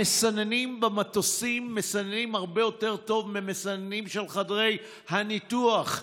המסננים במטוסים מסננים הרבה יותר טוב מהמסננים של חדרי הניתוח.